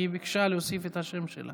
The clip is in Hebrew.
כי היא ביקשה להוסיף את השם שלה.